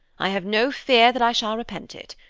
i have no fear that i shall repent it.